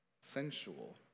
sensual